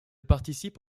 participe